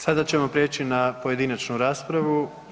Sada ćemo priječi na pojedinačnu raspravu.